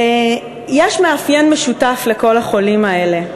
יש מאפיין משותף לכל החולים האלה,